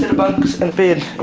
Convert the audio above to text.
bunks and a bed